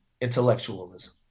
intellectualism